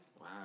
Wow